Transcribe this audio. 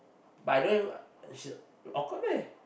but I don't even uh she's awkward meh